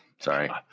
Sorry